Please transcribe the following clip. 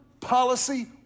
policy